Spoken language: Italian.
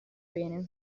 bene